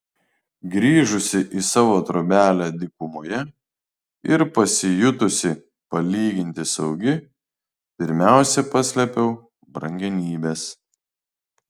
grįžusi į savo trobelę dykumoje ir pasijutusi palyginti saugi pirmiausia paslėpiau brangenybes